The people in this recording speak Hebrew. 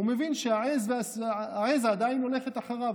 הוא מבין שהעז עדיין הולכת אחריו,